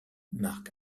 marc